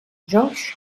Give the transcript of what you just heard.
george